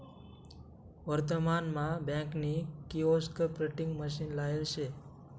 वर्तमान मा बँक नी किओस्क प्रिंटिंग मशीन लायेल शे